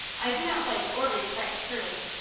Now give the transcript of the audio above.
i do not like or respect curtis,